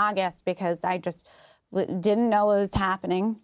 august because i just didn't know it was happening